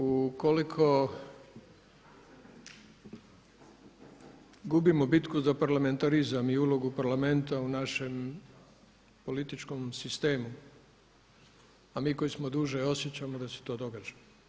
Ukoliko gubimo bitku za parlamentarizam i ulogu Parlamenta u našem političkom sistemu, a mi koji smo duže osjećamo da se to događa.